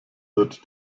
wird